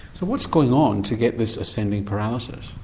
so what's going on to get this ascending paralysis?